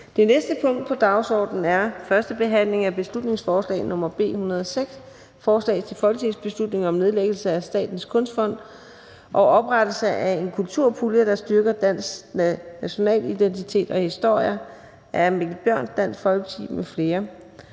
Det næste punkt på dagsordenen er: 6) 1. behandling af beslutningsforslag nr. B 106: Forslag til folketingsbeslutning om nedlæggelse af Statens Kunstfond og oprettelse af en kulturpulje, der styrker dansk nationalidentitet og historie. Af Mikkel Bjørn (DF) m.fl.